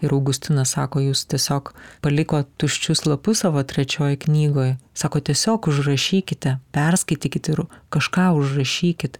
ir augustinas sako jūs tiesiog palikot tuščius lapus savo trečioj knygoj sako tiesiog užrašykite perskaitykit ir kažką užrašykit